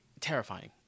terrifying